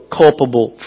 culpable